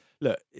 Look